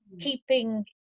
keeping